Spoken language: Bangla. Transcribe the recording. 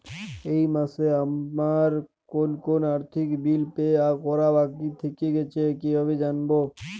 এই মাসে আমার কোন কোন আর্থিক বিল পে করা বাকী থেকে গেছে কীভাবে জানব?